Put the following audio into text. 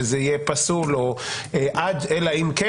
שזה יהיה פסול או עד אלא אם כן,